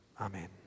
Amen